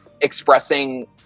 expressing